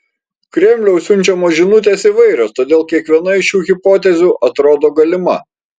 kremliaus siunčiamos žinutės įvairios todėl kiekviena iš šių hipotezių atrodo galima